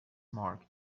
mark